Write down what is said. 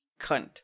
cunt